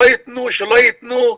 לא ייתנו, שלא ייתנו.